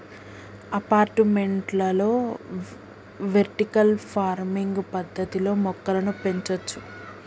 అపార్టుమెంట్లలో vertical farming పద్దతిలో మొక్కలను పెంచొచ్చు